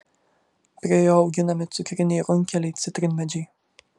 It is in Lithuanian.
prie jo auginami cukriniai runkeliai citrinmedžiai